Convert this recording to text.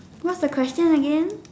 what's the question again